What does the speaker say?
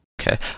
Okay